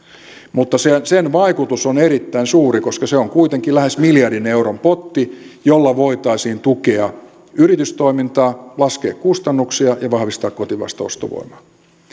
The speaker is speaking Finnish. mutta sen vaikutus on erittäin suuri koska se on kuitenkin lähes miljardin euron potti jolla voitaisiin tukea yritystoimintaa laskea kustannuksia ja vahvistaa kotimaista ostovoimaa